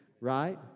Right